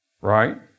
Right